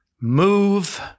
move